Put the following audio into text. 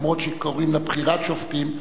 אף שקוראים לה בחירת שופטים.